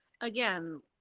again